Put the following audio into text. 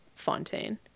Fontaine